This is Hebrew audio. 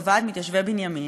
וועד מתיישבי בנימין,